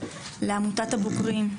לעמותת הבוגרים,